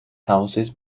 houses